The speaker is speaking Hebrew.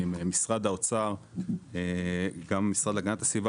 משרד האוצר וגם המשרד להגנת הסביבה,